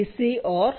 c OR c